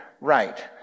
right